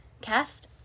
Cast